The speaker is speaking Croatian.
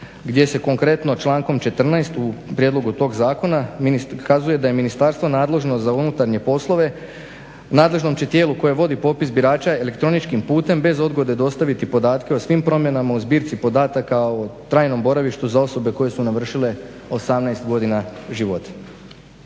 gdje se konkretno člankom 14. u prijedlogu tog zakona kazuje: "Da je ministarstvo nadležno za unutarnje poslove, nadležnom će tijelu koje vodi popis birača elektroničkim putem bez odgode dostaviti podatke o svim promjenama u zbirci podatak o trajnom boravištu za osobe koje su navršile 18 godina života."